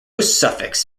suffix